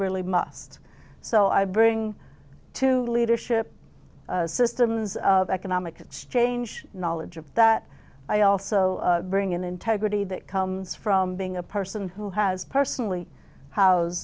really must so i bring to leadership systems of economic change knowledge of that i also bring in integrity that comes from being a person who has personally ho